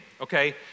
okay